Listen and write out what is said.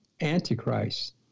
Antichrist